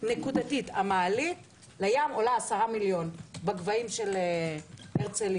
נקודתית המעלית לים עולה 10 מיליון בגבהים של הרצליה.